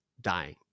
dying